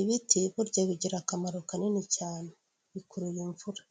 Ibiti burya bigira akamaro kanini cyane. Bikurura imvura.